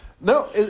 No